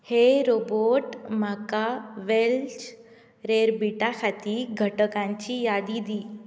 हेय रोबॉट म्हाका Welsh rarebit खातीर घटकांची यादी दी